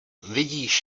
vidíš